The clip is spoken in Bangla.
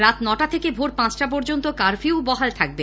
রাত নটা থেকে ভোর পাঁচটা পর্যন্ত কারফিউ বহাল থাকবে